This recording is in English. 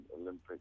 Olympic